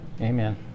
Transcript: Amen